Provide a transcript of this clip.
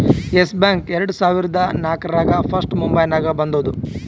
S Bank ಎರಡು ಸಾವಿರದಾ ನಾಕ್ರಾಗ್ ಫಸ್ಟ್ ಮುಂಬೈನಾಗ ಬಂದೂದ